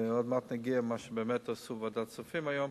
ועוד מעט נגיע למה שבאמת עשו בוועדת הכספים היום,